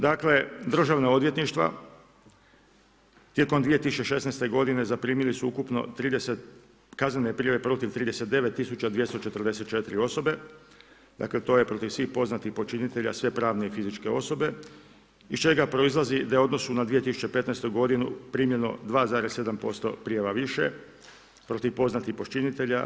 Dakle, državna odvjetništva tijekom 2016. godine zaprimili su ukupno kaznene prijave protiv 39 244 osobe, to je protiv svih poznatih počinitelja, sve pravne i fizičke osobe iz čega proizlazi da je u odnosu na 2015. godinu primljeno 2,7% prijava više protiv poznatih počinitelja.